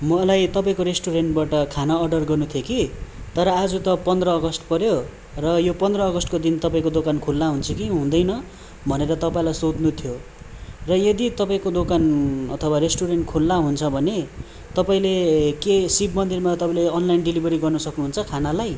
मलाई तपाईँको रेस्टुरेन्टबाट खाना अर्डर गर्नु थियो कि तर आज त पन्ध्र अगस्ट पऱ्यो र यो पन्ध्र अगस्टको दिन यो तपाईँको दोकान खुल्ला हुन्छ कि हुँदैन भनेर तपाईँलाई सोध्नु थियो र यदि तपाईँको दोकान अथवा रेस्टुरेन्ट खुल्ला हुन्छ भने तपाईँले के शिव मन्दिरमा तपाईँले अनलाइन डेलिभेरी गर्न सक्नु हुन्छ खानालाई